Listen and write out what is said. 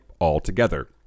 altogether